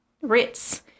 Ritz